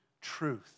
truth